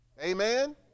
Amen